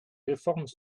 réformes